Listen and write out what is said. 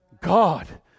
God